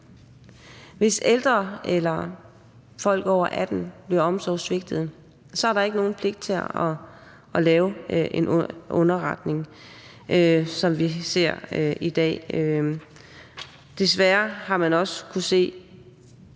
Hvis ældre eller folk over 18 år bliver omsorgssvigtet, er der ikke nogen pligt til at lave en underretning, sådan som vi ser det i dag. Desværre har man også kunnet se,